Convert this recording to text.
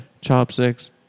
Chopsticks